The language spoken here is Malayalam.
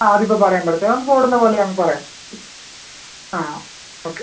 ആ അതിപ്പോൾ പറയാൻ പറ്റത്തില്ല നമുക്ക് ഓടുന്ന പോലെ അങ്ങ് പറയാൻ ആ ഓക്കെ